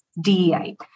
DEI